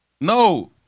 No